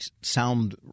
sound